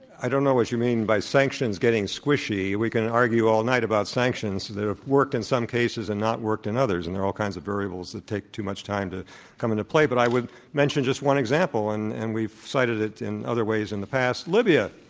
i don't know what you mean by sanctions getting squishy. we can argue all night about sanctions. they've worked in some cases and not worked in others, and there are all kinds of variables that take too much time to come into play. but i would mention just one example. and and we've cited it in other ways in the past. libya,